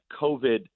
COVID